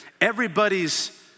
everybody's